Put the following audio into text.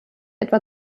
etwa